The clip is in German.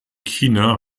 china